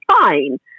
fine